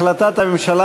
החלטת הממשלה,